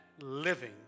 living